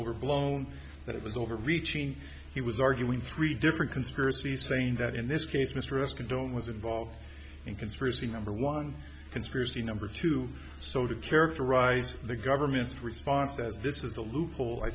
overblown that it was overreaching he was arguing three different conspiracies saying that in this case mistress condoned was involved in conspiracy number one conspiracy number two so to characterize the government's response as this is a loophole i